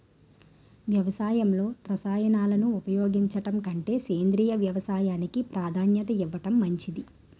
వ్యవసాయంలో రసాయనాలను ఉపయోగించడం కంటే సేంద్రియ వ్యవసాయానికి ప్రాధాన్యత ఇవ్వడం మంచిది